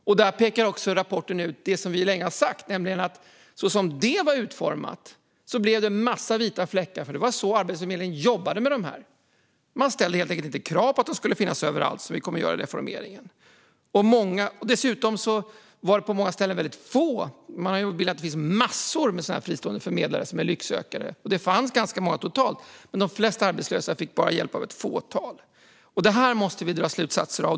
Rapporten pekar också ut det som vi länge har sagt, nämligen att så som det var utformat blev det en massa vita fläckar, för det var så Arbetsförmedlingen jobbade med de här aktörerna. Man ställde helt enkelt inte krav på att de skulle finnas överallt, som vi kommer att göra i och med reformeringen. Dessutom var det på många ställen väldigt få fristående förmedlare. Man har en bild av att det finns massor av fristående förmedlare som är lycksökare, och det fanns ganska många totalt, men det var faktiskt bara ett fåtal som hjälpte de flesta arbetslösa. Det här måste vi dra slutsatser av.